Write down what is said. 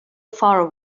far